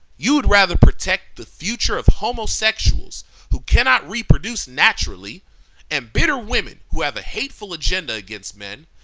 you would rather protect the future of homosexuals who cannot reproduce naturally and bitter women who have a hateful agenda against men,